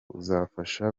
uzafasha